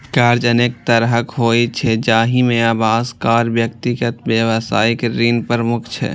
कर्ज अनेक तरहक होइ छै, जाहि मे आवास, कार, व्यक्तिगत, व्यावसायिक ऋण प्रमुख छै